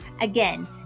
Again